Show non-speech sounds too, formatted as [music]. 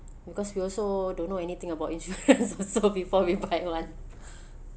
because we also don't know anything about insurance [laughs] also before we buy one